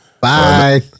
Bye